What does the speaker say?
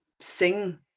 sing